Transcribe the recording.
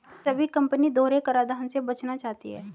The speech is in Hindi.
सभी कंपनी दोहरे कराधान से बचना चाहती है